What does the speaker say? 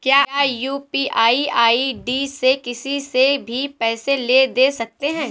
क्या यू.पी.आई आई.डी से किसी से भी पैसे ले दे सकते हैं?